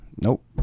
Nope